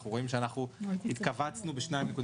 אנחנו רואים בשקף שאנחנו התכווצנו ב-2.6%